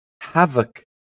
havoc